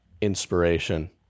inspiration